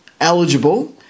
eligible